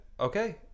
Okay